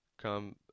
Come